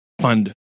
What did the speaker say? fund